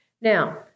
Now